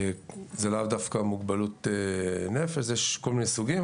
זוהי לאו דווקא מוגבלות נפש; יש כל מיני סוגים,